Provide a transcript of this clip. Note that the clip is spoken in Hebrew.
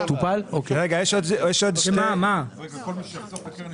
לטוב ולרע - אני רומז להם בעדינות מכניסים סעיף בפקודת